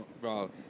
bro